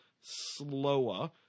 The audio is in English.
slower